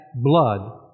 blood